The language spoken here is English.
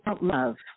Love